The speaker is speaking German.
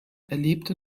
erlebte